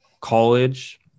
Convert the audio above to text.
college